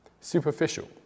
superficial